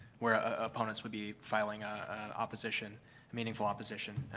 where opponents would be filing ah opposition, a meaningful opposition.